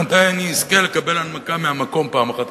מתי אני אזכה לקבל הנמקה מהמקום פעם אחת,